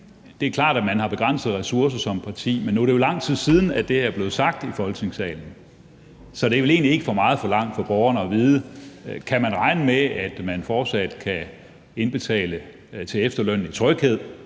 det er klart, at man har begrænsede ressourcer som parti, men nu er det jo lang tid siden, det er blevet sagt i Folketingssalen. Så det er vel egentlig ikke for meget forlangt, at borgerne får at vide, om man kan regne med, at man fortsat kan indbetale til efterlønnen, med tryghed